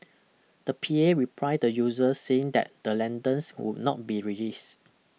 the P A replied the users saying that the lanterns would not be released